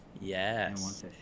Yes